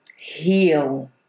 heal